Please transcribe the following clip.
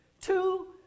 Two